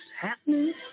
happening